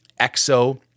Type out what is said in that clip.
Exo